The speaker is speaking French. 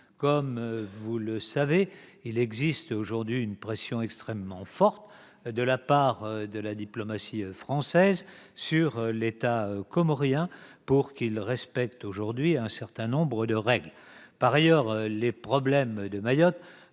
Comme vous le savez, il existe une pression extrêmement forte de la part de la diplomatie française sur l'État comorien pour qu'il respecte un certain nombre de règles. En outre, les difficultés de Mayotte